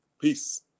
Peace